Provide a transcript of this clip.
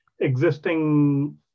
existing